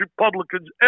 Republicans